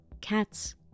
Cats